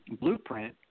blueprint